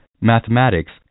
mathematics